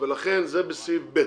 לכן זה בסעיף (ב).